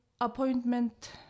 Appointment